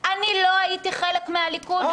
אני לא הייתי חלק מהליכוד.